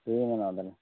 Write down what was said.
ᱛᱮᱦᱮᱧ ᱞᱟᱜᱟᱣ ᱵᱮᱱᱟ